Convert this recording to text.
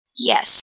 Yes